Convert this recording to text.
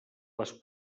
les